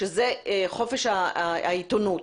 שזה חופש העיתונות